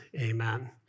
amen